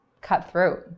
cutthroat